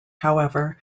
however